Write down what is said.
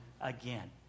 again